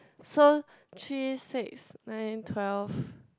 so three six nine twelve